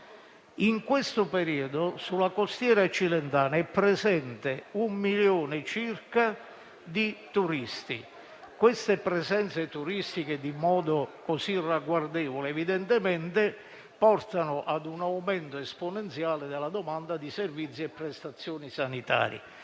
In questo periodo, sulla costiera cilentana è presente un milione circa di turisti. Queste presenze così ragguardevoli di turisti evidentemente portano a un aumento esponenziale della domanda di servizi e prestazioni sanitarie.